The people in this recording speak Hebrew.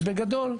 בגדול,